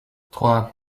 trois